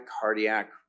cardiac